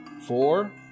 four